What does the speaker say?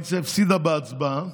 בעצם בזכות מנסור עבאס